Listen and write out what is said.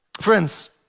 Friends